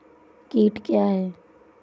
कीट क्या है?